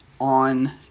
on